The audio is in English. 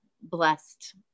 blessed